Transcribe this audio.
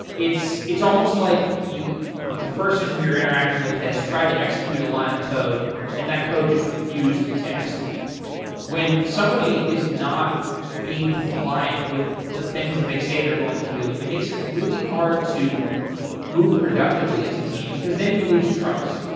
it's it's almost like the person who you're interacting with has tried to execute a line of code and that code just refused to execute when somebody is not being compliant with the things that they say they're going to do, it makes it really hard to move productively as a team, because then you lose trust.